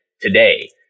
today